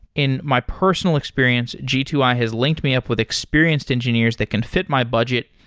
in my personal experience, g two i has linked me up with experienced engineers that can fit my budget,